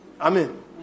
Amen